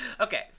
Okay